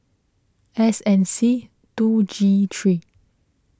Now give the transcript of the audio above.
S N C two G three